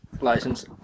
license